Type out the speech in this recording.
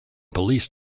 police